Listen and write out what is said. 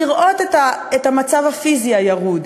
לראות את המצב הפיזי הירוד,